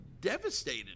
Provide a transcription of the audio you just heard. devastated